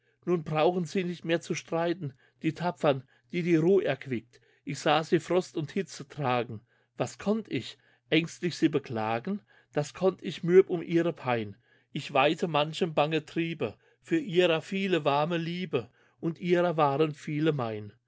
nun brauchen sie nicht mehr zu streiten die tapfern die die ruh erquickt ich sah sie frost und hitze tragen was könnt ich aengstlich sie beklagen das könnt ich mürb um ihre pein ich weihte manchem bange triebe für ihrer viele warme liebe und ihrer waren viele mein